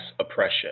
oppression